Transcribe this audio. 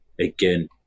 Again